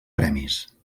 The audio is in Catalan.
premis